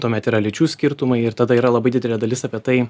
tuomet yra lyčių skirtumai ir tada yra labai didelė dalis apie tai